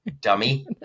dummy